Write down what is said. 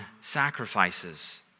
sacrifices